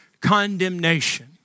condemnation